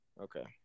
okay